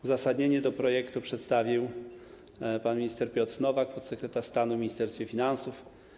Uzasadnienie do projektu przedstawił pan minister Piotr Nowak, podsekretarz stanu w Ministerstwie Finansów.